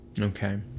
okay